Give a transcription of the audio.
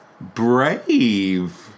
Brave